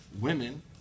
women